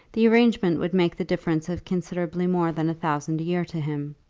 the arrangement would make the difference of considerably more than a thousand a year to him.